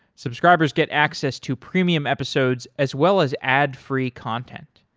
subscribers get access to premium episodes as well as ad free content.